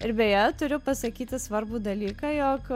ir beje turiu pasakyti svarbų dalyką jog